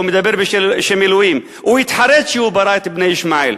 הוא מדבר בשם אלוהים הוא התחרט שהוא ברא את בני ישמעאל.